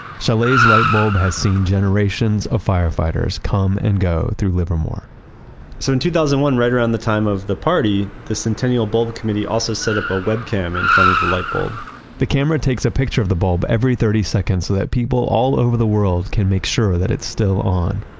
chaillet's light bulb has seen generations of firefighters come and go through livermore so in two thousand and one right around the time of the party, the centennial bulb committee also set up a webcam in front of the light bulb the camera takes a picture of the bulb every thirty seconds so that people all over the world can make sure that it's still on.